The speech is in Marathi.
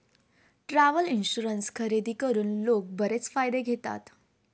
ट्रॅव्हल इन्शुरन्स खरेदी करून लोक बरेच फायदे घेतात